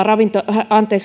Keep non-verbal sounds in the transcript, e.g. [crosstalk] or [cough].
[unintelligible] ravintola